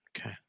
Okay